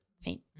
faint